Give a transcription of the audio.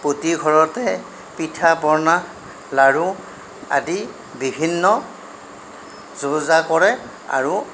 প্ৰতি ঘৰতে পিঠা পনা লাড়ু আদি বিভিন্ন যো জা কৰে আৰু